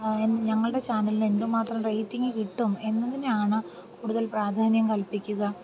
N ഞങ്ങളുടെ ചാനലിന് എന്ത് മാത്രം റേറ്റിങ്ങ് കിട്ടും എന്നതിനാണ് കൂടുതൽ പ്രാധാന്യം കൽപ്പിക്കുക